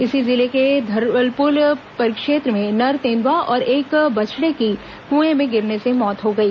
इसी जिले के धवलपुर परिक्षेत्र में नर तेंदुआ और एक बछड़े की कुएं में गिरने से मौत हो गई